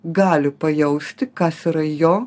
gali pajausti kas yra jo